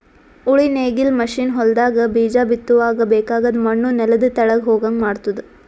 ಉಳಿ ನೇಗಿಲ್ ಮಷೀನ್ ಹೊಲದಾಗ ಬೀಜ ಬಿತ್ತುವಾಗ ಬೇಕಾಗದ್ ಮಣ್ಣು ನೆಲದ ತೆಳಗ್ ಹೋಗಂಗ್ ಮಾಡ್ತುದ